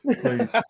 Please